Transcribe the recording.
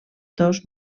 dos